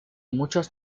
muchos